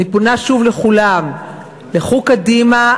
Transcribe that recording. אני פונה שוב לכולם: לכו קדימה,